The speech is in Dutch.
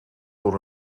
door